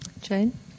Jane